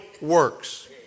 works